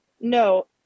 No